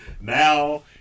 Now